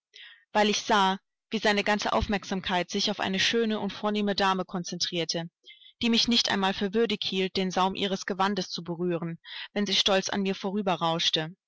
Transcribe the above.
weil ich sah wie seine ganze aufmerksamkeit sich auf eine schöne und vornehme dame concentrierte die mich nicht einmal für würdig hielt den saum ihres gewandes zu berühren wenn sie stolz an mir